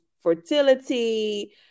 fertility